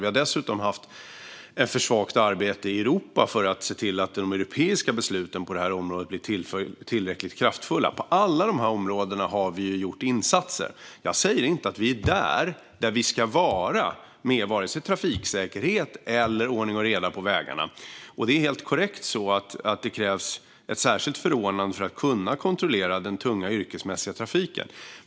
Vi har dessutom haft ett för svagt arbete i Europa för att se till att de europeiska besluten på det här området blir tillräckligt kraftfulla. På alla de här områdena har vi gjort insatser. Jag säger inte att vi är där vi ska vara med vare sig trafiksäkerhet eller ordning och reda på vägarna, och det är helt korrekt att det krävs ett särskilt förordnande för att kunna kontrollera den tunga yrkesmässiga trafiken.